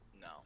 No